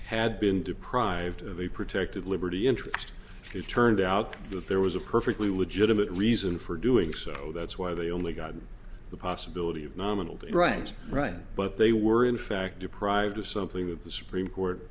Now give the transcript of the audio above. had been deprived of a protected liberty interest if you turned out that there was a perfectly legitimate reason for doing so that's why they only got the possibility of nominal runs right but they were in fact deprived of something that the supreme court